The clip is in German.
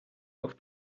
auch